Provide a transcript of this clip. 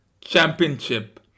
championship